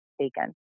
taken